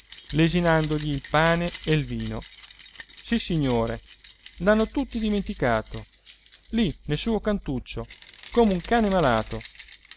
spalle lesinandogli il pane e il vino sissignore l'hanno tutti dimenticato lì nel suo cantuccio come un cane malato